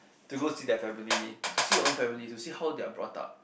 to go see their family to see your own family to see how they are brought up